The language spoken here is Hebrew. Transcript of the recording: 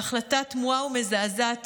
בהחלטה תמוהה ומזעזעת